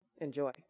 Enjoy